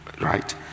right